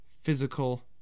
physical